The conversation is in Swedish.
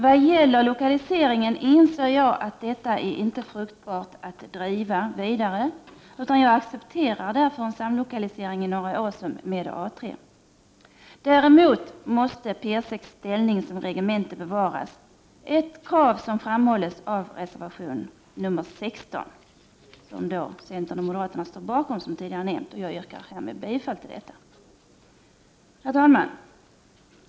Vad gäller lokaliseringen inser jag att det inte är fruktbart att driva detta krav vidare, och jag accepterar därför en samlokalisering i Norra Åsum med A 3. Däremot måste P 6:s ställning som regemente bevaras, ett krav som ställs i reservation 16, vilken centern och moderaterna står bakom, som tidigare nämnts. Jag yrkar härmed bifall till denna reservation. Herr talman!